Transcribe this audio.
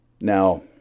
Now